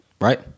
right